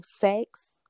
Sex